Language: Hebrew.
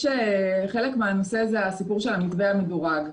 חלק מהנושא הזה היה הסיפור של המתווה המדורג.